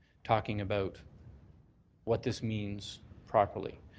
talking about what this means properly.